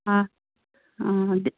आं आं हां